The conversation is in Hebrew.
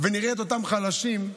ונראה את אותם חלשים,